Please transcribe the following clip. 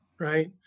Right